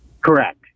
Correct